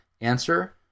answer